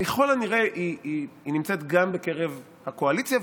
ככל הנראה היא נמצאת גם בקרב הקואליציה,